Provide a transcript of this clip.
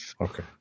Okay